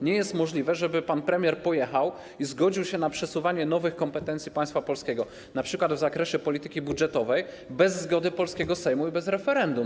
Nie jest możliwe, żeby pan premier pojechał i zgodził się na przesuwanie, wprowadzanie nowych kompetencji państwa polskiego, np. w zakresie polityki budżetowej, bez zgody polskiego Sejmu i bez referendum.